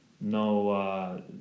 no